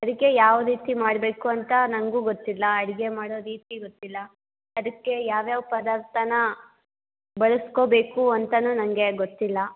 ಅದಕ್ಕೆ ಯಾವ ರೀತಿ ಮಾಡಬೇಕು ಅಂತ ನಂಗೂ ಗೊತ್ತಿಲ್ಲ ಅಡುಗೆ ಮಾಡೋ ರೀತಿ ಗೊತ್ತಿಲ್ಲ ಅದಕ್ಕೆ ಯಾವ್ಯಾವ ಪದಾರ್ಥ ಬಳಸ್ಕೋಬೇಕು ಅಂತೆಯೂ ನಂಗೆ ಗೊತ್ತಿಲ್ಲ